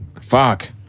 Fuck